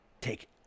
take